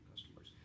customers